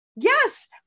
Yes